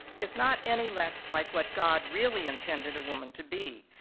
is not any less like what god really intended a woman to be,